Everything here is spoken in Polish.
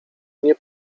nie